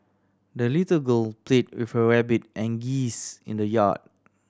the little girl played with her rabbit and geese in the yard